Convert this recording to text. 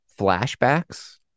flashbacks